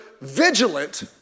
vigilant